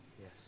Yes